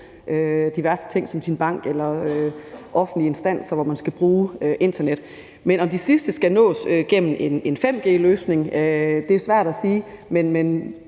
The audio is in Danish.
diverse ting som sin bank eller offentlige instanser, hvor man skal bruge internet. Om det sidste skal nås gennem en 5G-løsning, er svært at sige.